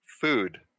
Food